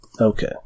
okay